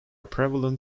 prevalent